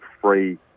free